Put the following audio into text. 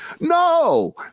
No